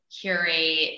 curate